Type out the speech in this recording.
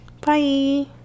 Bye